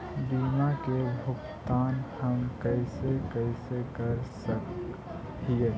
बीमा के भुगतान हम कैसे कैसे कर सक हिय?